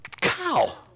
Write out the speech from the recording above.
cow